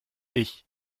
ich